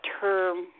term